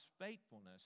faithfulness